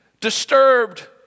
disturbed